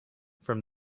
from